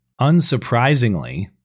Unsurprisingly